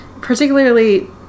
particularly